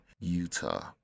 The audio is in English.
Utah